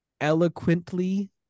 eloquently